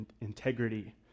integrity